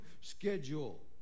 schedule